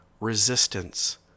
resistance